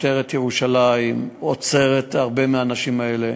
משטרת ירושלים עוצרת הרבה מהאנשים האלה.